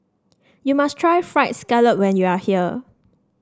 you must try fried scallop when you are here